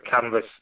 canvas